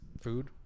food